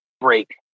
break